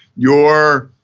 your